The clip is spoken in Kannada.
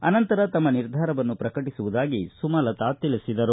ಆನಂತರ ತಮ್ಮ ನಿರ್ಧಾರವನ್ನು ಪ್ರಕಟಿಸುವುದಾಗಿ ಸುಮಲತಾ ತಿಳಿಸಿದರು